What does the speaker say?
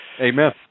Amen